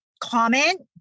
comment